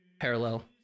parallel